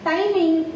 Timing